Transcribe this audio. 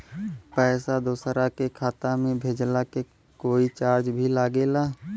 पैसा दोसरा के खाता मे भेजला के कोई चार्ज भी लागेला?